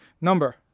number